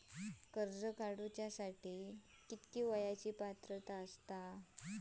कर्ज काढूसाठी किती वयाची पात्रता असता?